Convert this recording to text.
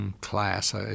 class